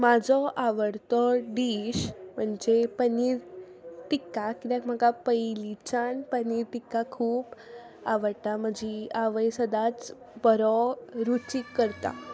म्हजो आवडटो डीश म्हणजे पनीर टिक्का कित्याक म्हाका पयलींच्यान पनीर टिक्का खूब आवडटा म्हजी आवय सदांच बरो रुचीक करता